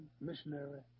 missionary